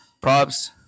props